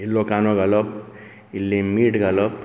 इल्लो कांंदो घालप इल्लें मीट घालप